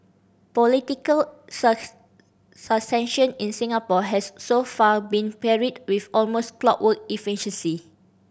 political in Singapore has so far been carried with almost clockwork efficiency